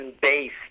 base